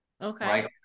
Okay